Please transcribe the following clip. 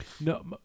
No